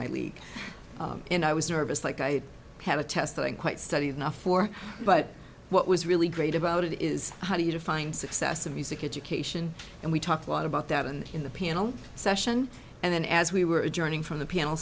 my league and i was nervous like i have a test that i'm quite studied enough for but what was really great about it is how do you define success of music education and we talked a lot about that in the in the piano session and then as we were adjourning from the panel